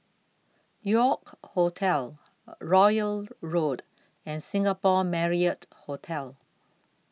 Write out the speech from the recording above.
York Hotel Royal Road and Singapore Marriott Hotel